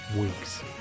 Weeks